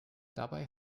dabei